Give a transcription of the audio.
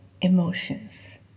emotions